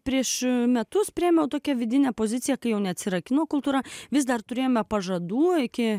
prieš metus priėmiau tokią vidinę poziciją kai jau neatsirakinu kultūra vis dar turėjome pažadų iki